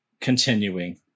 continuing